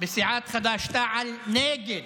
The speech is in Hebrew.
בסיעת חד"ש-תע"ל נגד